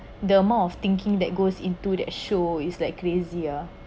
the amount of thinking that goes into that show is like crazy ah